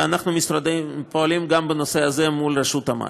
ואנחנו פועלים גם בנושא הזה מול רשות המים.